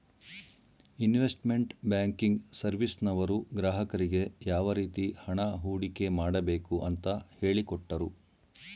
investment banking ಸರ್ವಿಸ್ನವರು ಗ್ರಾಹಕರಿಗೆ ಯಾವ ರೀತಿ ಹಣ ಹೂಡಿಕೆ ಮಾಡಬೇಕು ಅಂತ ಹೇಳಿಕೊಟ್ಟರು